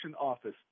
Office